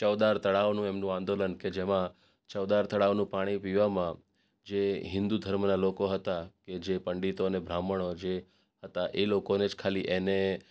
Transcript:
ચૌદાર તળાવનું એમનું આંદોલન કે જેમાં ચૌદાર તળાવનું પાણી પીવામાં જે હિન્દુ ધર્મના લોકો હતા એ જે પંડિતો અને બ્રાહ્મણો જે હતા એ લોકોને જ ખાલી એને